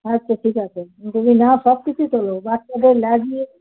আচ্ছা ঠিক আছে হ্যাঁ সব কিছু তোলো বাচ্চাদের লেগিংস